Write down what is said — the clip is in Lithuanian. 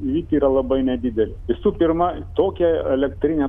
lyg yra labai nedidelė visų pirma tokia elektrinė